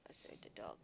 I say the dog